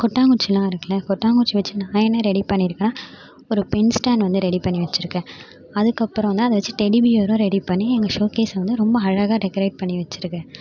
கொட்டாங்குச்சியெலாம் இருக்குதுல கொட்டாங்குச்சி வச்சு நான் என்ன ரெடி பண்ணியிருக்கேன்னா ஒரு பென் ஸ்டாண்ட் வந்து ரெடி பண்ணி வச்சுருக்கேன் அதுக்கப்புறம் வந்து அதை வச்சு டெடி பியரும் ரெடி பண்ணி எங்கள் சோக்கேஸில் வந்து ரொம்ப அழகாக டெக்கரேட் பண்ணி வச்சுருக்கேன்